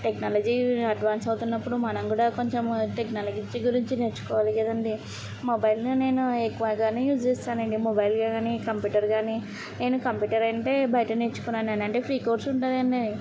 technology advance అవుతున్నప్పుడు మనం కూడా కొంచెం టెక్నాలజీ గురించి నేర్చుకోవాలి కదండి మొబైల్ని నేను ఎక్కువగానే యూజ్ చేస్తాను అండి మొబైల్ కానీ కంప్యూటర్ కానీ నేను కంప్యూటర్ అంటే బయట నేర్చుకున్నాను అండి అంటే ఫ్రీ కోర్స్ ఉంటుంది అండి